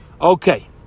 Okay